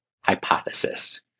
hypothesis